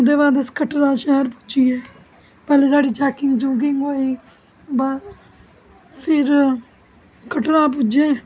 ओहदे बाद अस कटरा शैहर पुज्जी गे पैहलें साढ़ी चैकिंग होई फिर कटरा पुज्जे